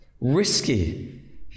risky